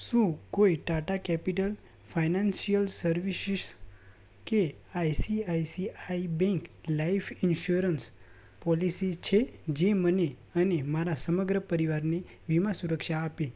શું કોઈ Tata Capital Financial Services કે ICICI bank life insurance policy છે જે મને અને મારા સમગ્ર પરિવારને વીમા સુરક્ષા આપે